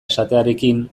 esatearekin